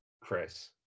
Chris